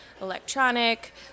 electronic